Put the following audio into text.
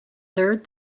third